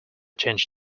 change